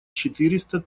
четыреста